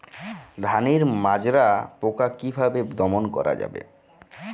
ধানের মাজরা পোকা কি ভাবে দমন করা যাবে?